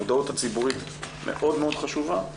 המודעות הציבורית מאוד מאוד חשובה,